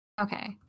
Okay